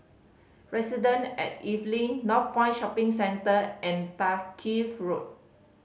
Residence at Evelyn Northpoint Shopping Centre and Dalkeith Road